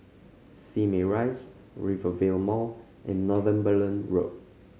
Simei Rise Rivervale Mall and Northumberland Road